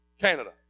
Canada